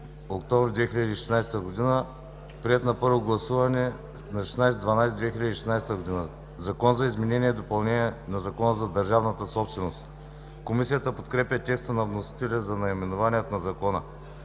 октомври 2016 г., приет на първо гласуване на 16 декември 2016 г. Закон за изменение и допълнение на Закона за държавната собственост.“ Комисията подкрепя текста на вносителя за наименованието на Закона.